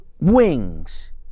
wings